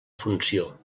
funció